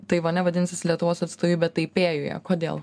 taivane vadinsis lietuvos atstovybė taipėjuje kodėl